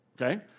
Okay